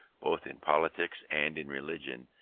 both in politics and in religion,